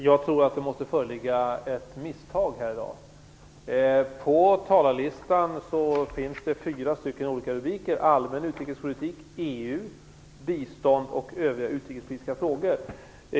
Fru talman! Det måste föreligga ett misstag här i dag. På talarlistan finns fyra rubriker: allmän utrikespolitik, EU, bistånd och övriga utrikespolitiska frågor.